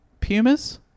Pumas